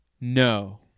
No